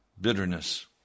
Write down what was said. bitterness